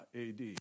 AD